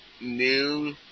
new